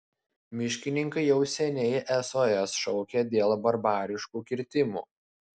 miškininkai jau seniai sos šaukia dėl barbariškų kirtimų